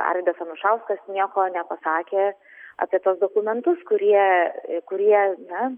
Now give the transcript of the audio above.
arvydas anušauskas nieko nepasakė apie tuos dokumentus kurie kurie na